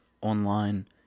online